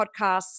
podcasts